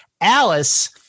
alice